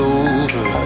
over